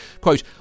quote